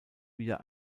wieder